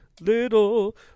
little